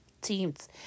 teams